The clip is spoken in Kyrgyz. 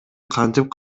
кантип